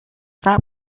that